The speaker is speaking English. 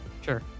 Sure